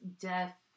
death